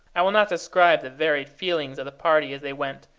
i will not describe the varied feelings of the party as they went,